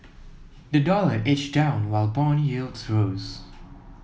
the dollar edged down while bond yields rose